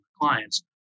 clients